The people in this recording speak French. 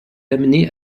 amené